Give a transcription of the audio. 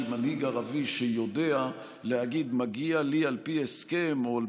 מנהיג ערבי שיודע להגיד: מגיע לי על פי הסכם או על